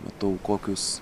matau kokius